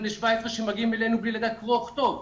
בני 17 שמגיעים אלינו בלי לדעת קרוא וכתוב.